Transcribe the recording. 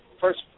first